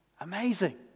Amazing